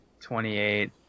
Twenty-eight